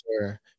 sure